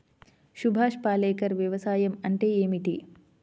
సుభాష్ పాలేకర్ వ్యవసాయం అంటే ఏమిటీ?